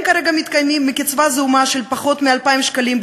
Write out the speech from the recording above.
הם כרגע מתקיימים מקצבה זעומה של פחות מ-2,000 שקלים,